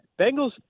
Bengals